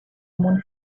moon